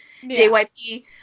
JYP